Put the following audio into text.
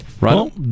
right